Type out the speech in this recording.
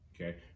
Okay